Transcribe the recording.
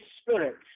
Spirit